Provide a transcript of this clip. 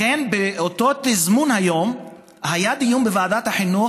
לכן באותו תזמון היום היה דיון בוועדת החינוך